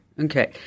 Okay